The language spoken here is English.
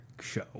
show